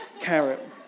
carrot